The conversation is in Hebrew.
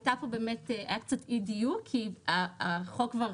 היה פה קצת אי דיוק, כי החוק כבר